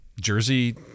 jersey